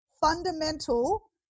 fundamental